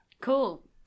Cool